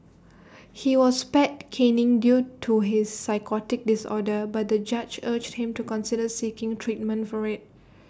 he was spared caning due to his psychotic disorder but the judge urged him to consider seeking treatment for IT